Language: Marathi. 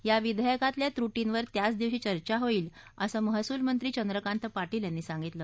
या विधेयकातल्या त्रुटींवर त्याच दिवशी चर्चा होईल असं महसूल मंत्री चंद्रकांत पाटील यांनी सांगितलं